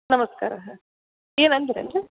ನಮಸ್ಕಾರ ಹಾಂ ಏನು ಅಂದ್ರಿ ಏನು ರೀ